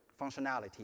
functionality